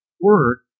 Work